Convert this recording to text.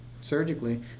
surgically